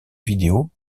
vidéo